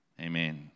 Amen